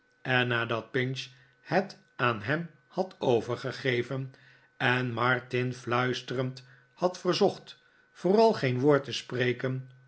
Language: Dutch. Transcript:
en nadat pinch het aan hem had overgegeven en martin fluisterend had verzocht vooral geen woord te spreken